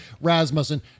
Rasmussen